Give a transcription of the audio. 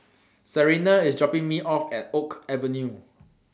Sarina IS dropping Me off At Oak Avenue